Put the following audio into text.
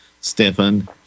Stefan